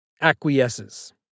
acquiesces